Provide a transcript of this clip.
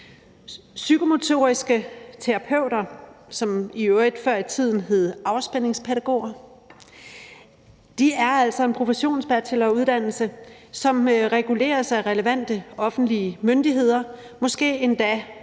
Psykomotoriske terapeuter, som i øvrigt før i tiden hed afspændingspædagoger, har altså en professionsbacheloruddannelse, som reguleres af relevante offentlige myndigheder, og som måske endda